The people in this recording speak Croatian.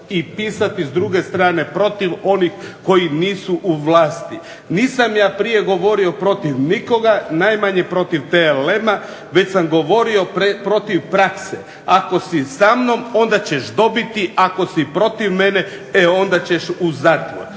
i pisati s druge strane protiv onih koji nisu u vlasti. Nisam ja prije govorio protiv nikoga, najmanje protiv TLM-a već sam govorio protiv prakse. Ako si sa mnom onda ćeš dobiti, ako si protiv mene, e onda ćeš u zatvor.